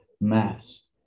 maths